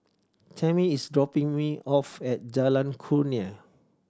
tammy is dropping me off at Jalan Kurnia